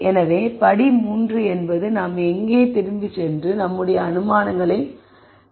எனவே படி 3 என்பது நாம் எங்கே திரும்பிச் சென்று நம்முடைய அனுமானங்களைச் செம்மைப்படுத்துகிறோம்